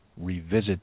revisit